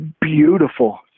beautiful